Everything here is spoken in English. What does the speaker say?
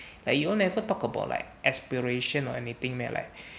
like you all never talk about like aspiration or anything meh like